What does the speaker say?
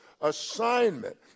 assignment